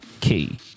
key